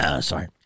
Sorry